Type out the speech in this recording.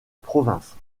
province